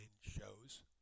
shows